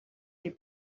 les